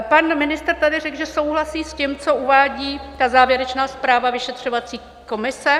Pan ministr tady řekl, že souhlasí s tím, co uvádí závěrečná zpráva vyšetřovací komise.